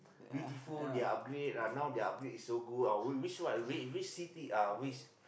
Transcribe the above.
beautiful they upgrade uh now the upgrade is so good uh which what uh which city uh which